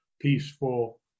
peaceful